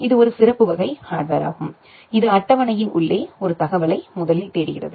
இது ஒரு சிறப்பு வகை ஹார்ட்வேர் ஆகும் இது அட்டவணையின் உள்ளே ஒரு தகவலை முதலில் தேடுகிறது